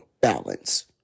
balance